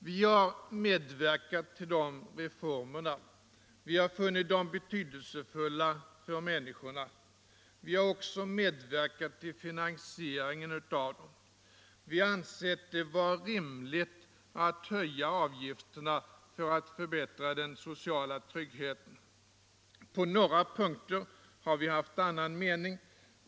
Vi har medverkat till dessa reformer, och vi har funnit dem betydelsefulla för människorna. Vi har också medverkat till finansieringen av dem. Vi har ansett det vara rimligt att höja avgifterna för att förbättra den sociala tryggheten. På några punkter har vi emellertid haft en annan mening.